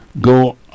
go